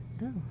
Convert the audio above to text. No